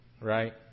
right